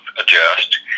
adjust